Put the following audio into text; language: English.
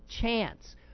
chance